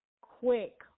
quick